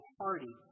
party